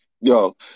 yo